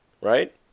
right